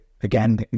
again